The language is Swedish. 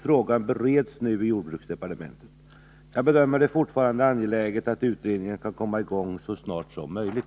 Frågan bereds nu inom jordbruksdepartementet. Jag bedömer det fortfarande angeläget att utredningen kan komma i gång så snart som möjligt.